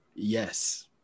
Yes